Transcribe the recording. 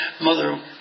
Mother